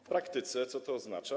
W praktyce co to oznacza?